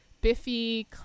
Biffy